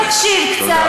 תקשיב קצת,